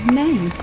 name